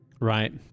Right